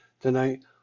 tonight